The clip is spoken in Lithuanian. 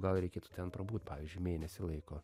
gal reikėtų ten prabūt pavyzdžiui mėnesį laiko